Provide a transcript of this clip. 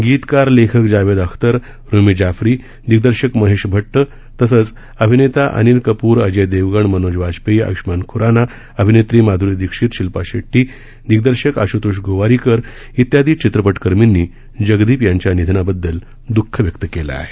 गीतकार लेखक जावेद अख्तर रुमी जाफरी दिग्दर्शक महेश भट्ट तसंच अभीनेता अनिल कपूर अजय देवगण मनोज वाजपेयी आयुष्मान खुराना अभिनेत्री माध्री दीक्षित शिल्पा शेट्टी दिग्दर्शक आश्तोष गोवारीकर इत्यादी चित्रपटकर्मींनी जगदीप यांच्य निधनाबद्दल दुःख व्यक्त केलं आहे